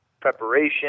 preparation